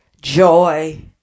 joy